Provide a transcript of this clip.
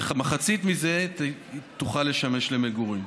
ומחצית מזה תוכל לשמש למגורים.